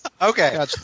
Okay